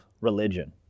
religion